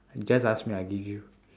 you just ask me I give you